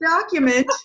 document